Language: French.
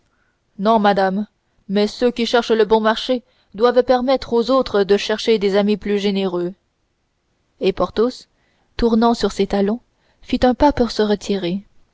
non madame mais ceux qui cherchent le bon marché doivent permettre aux autres de chercher des amis plus généreux et porthos tournant sur ses talons fit un pas pour se retirer